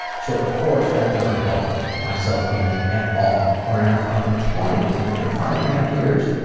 so of course, that doesn't help my self-image at all. we're in our fucking twenty s, and after five and a half years,